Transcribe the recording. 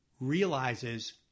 realizes